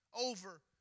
Over